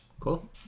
Cool